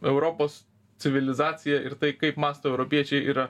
europos civilizacija ir tai kaip mąsto europiečiai yra